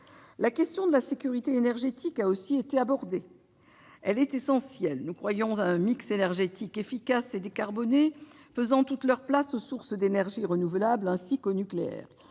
La question de la sécurité énergétique a aussi été abordée. Elle est essentielle. Nous croyons à un mix énergétique efficace et décarboné faisant toute leur place aux sources d'énergie renouvelables, ainsi qu'au nucléaire.